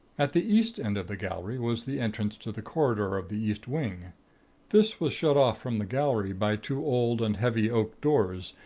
at the east end of the gallery was the entrance to the corridor of the east wing this was shut off from the gallery by two old and heavy oak doors,